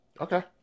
Okay